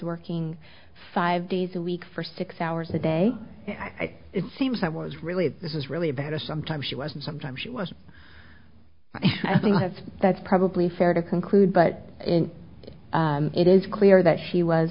working five days a week for six hours a day it seems i was really this is really bad or sometimes she was and sometimes she was i think i have that's probably fair to conclude but it is clear that she was